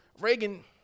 Reagan